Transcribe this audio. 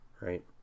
right